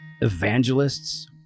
evangelists